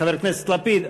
חבר הכנסת לפיד,